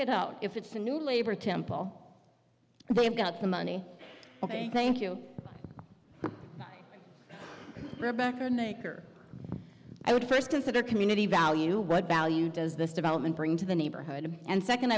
it out if it's a new labor temple they've got the money ok thank you rebecca an acre i would first consider community value what value does this development bring to the neighborhood and second